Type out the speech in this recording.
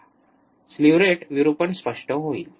slew rate विरूपण स्पष्ट होईल